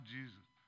Jesus